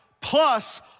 plus